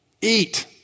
Eat